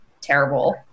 terrible